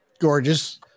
Gorgeous